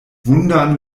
vundan